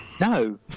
No